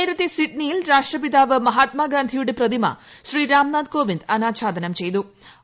നേര്ത്തെ സിഡ്നിയിൽ രാഷ്ട്രപിതാവ് മഹാത്മാഗാസ്സിയുടെ പ്രതിമ ശ്രീ രാംനാഥ് കോവിന്ദ് അനാച്ഛാദനം ച്ചെയ്തു്